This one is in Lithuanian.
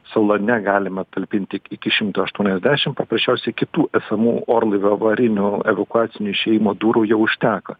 salone galima talpinti iki iki šimto aštuoniasdešimt paprasčiausiai kitų esamų orlaivio avarinių evakuacinių išėjimo durų jau užteko